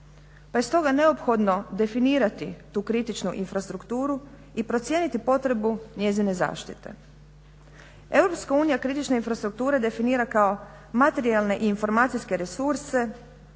pa je stoga neophodno definirati tu kritičnu infrastrukturu i procijeniti potrebu njezine zaštite. Europska unija kritične infrastrukture definira kao materijalne i informacijske resurse,